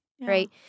right